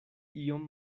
iom